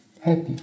happy